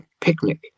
picnic